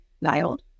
nailed